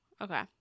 Okay